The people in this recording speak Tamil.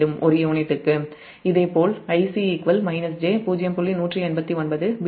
063 ஒரு யூனிட்டுக்கு ஆகிவிடும் இதேபோல் Ic j 0